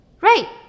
Right